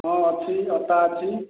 ହଁ ଅଛି ଅଟା ଅଛି